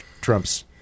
Trump's